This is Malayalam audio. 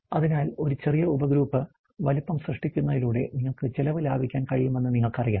അതിനാൽ ഒരു ചെറിയ ഉപഗ്രൂപ്പ് വലുപ്പം സൃഷ്ടിക്കുന്നതിലൂടെ നിങ്ങൾക്ക് ചിലവ് ലാഭിക്കാൻ കഴിയുമെന്ന് നിങ്ങൾക്കറിയാം